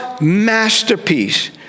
masterpiece